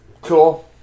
Cool